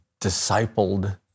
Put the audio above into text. discipled